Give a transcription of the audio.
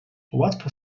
łatwo